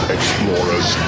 Explorers